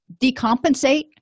Decompensate